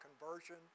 conversion